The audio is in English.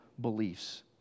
beliefs